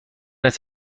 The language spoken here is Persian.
است